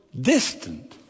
distant